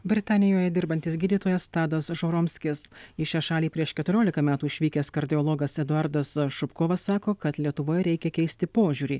britanijoje dirbantis gydytojas tadas žuromskis į šią šalį prieš keturiolika metų išvykęs kardiologas eduardas šubkovas sako kad lietuvoje reikia keisti požiūrį